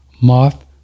moth